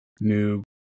new